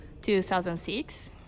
2006